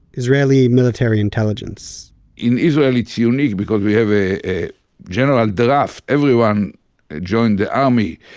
israeli military intelligence in israel it's unique because we have a a general draft. everyone join the army,